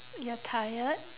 you're tired